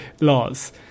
laws